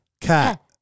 Cat